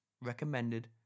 recommended